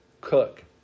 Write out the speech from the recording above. cook